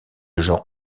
gens